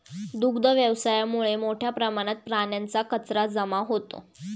दुग्ध व्यवसायामुळे मोठ्या प्रमाणात प्राण्यांचा कचरा जमा होतो